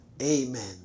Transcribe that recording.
Amen